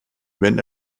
wenn